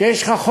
כשיש לך חור,